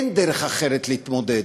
אין דרך אחרת להתמודד.